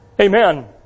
amen